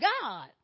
God